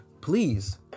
please